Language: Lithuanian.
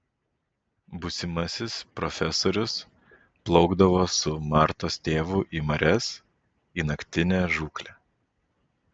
būsimasis profesorius plaukdavo su martos tėvu į marias į naktinę žūklę